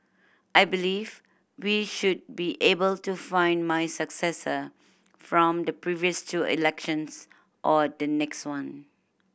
I believe we should be able to find my successor from the previous two elections or the next one